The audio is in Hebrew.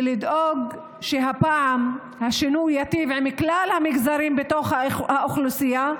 ולדאוג שהפעם השינוי ייטיב עם כלל המגזרים באוכלוסייה,